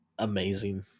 amazing